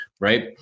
Right